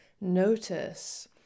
notice